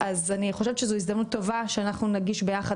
אני חושבת שזאת הזדמנות טובה שאנחנו נגיש ביחד